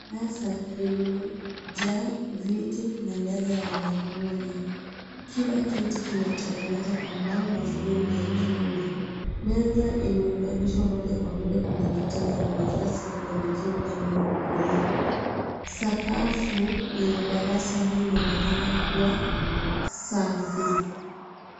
Darasa lililojaa viti na meza ya wanafunzi, kila kiti kimetengenezwa kwa mbao na fremu ya chuma. Meza imeunganishwa moja kwa moja kwenye kiti na ina nafasi ya kuandikia upande wa kulia. Sakafu yenye darasa hii inaonekana kuwa safi.